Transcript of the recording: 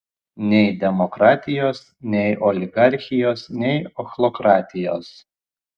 nei demokratijos nei oligarchijos nei ochlokratijos